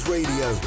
Radio